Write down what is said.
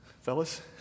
Fellas